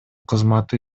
кызматты